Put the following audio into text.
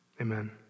Amen